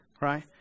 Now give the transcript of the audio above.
right